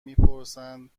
میپرسند